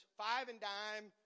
five-and-dime